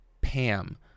Pam